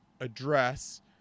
address